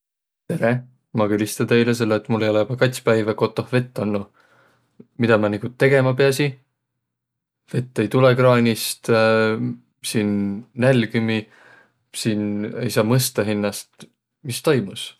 Tere! Ma kõlista teile, selle et mul ei olõq joba kats päivä kotoh vett olnuq. Midä ma nigu tegemä piäsiq? Vett ei tulõq kraanist, siin nälgümiq, siin ei saaq mõstaq hinnäst. Mis toimus?